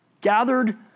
gathered